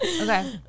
Okay